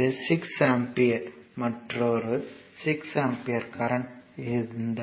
இந்த 6 ஆம்பியர் மற்றொரு 6 ampere current இந்த